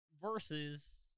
versus